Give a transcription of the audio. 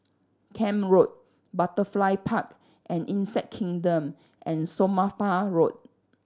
Camp Road Butterfly Park and Insect Kingdom and Somapah Road